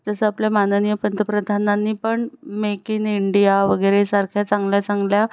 जसं आपल्या माननीय पंतप्रधानंनी पण मेक इन इंडिया वगैरे सारख्या चांगल्या चांगल्या